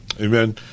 Amen